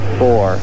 four